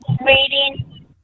reading